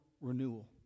renewal